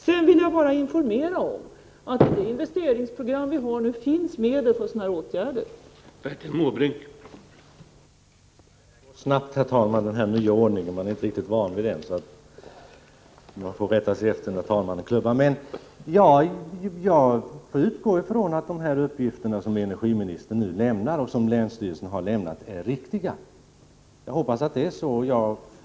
Jag vill bara informera om att det i det investeringsprogram som vi nu har finns medel för att åtgärda bristfälliga dammanläggningar.